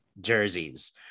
jerseys